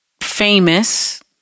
famous